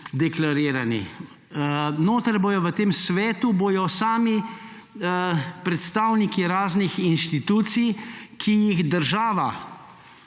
deklarirani. V tem svetu bodo sami predstavniki raznih inštitucij, ki jih država